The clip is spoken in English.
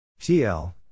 TL